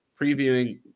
previewing